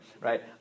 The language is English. right